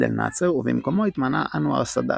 אל נאצר ובמקומו התמנה אנואר סאדאת,